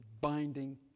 binding